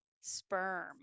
sperm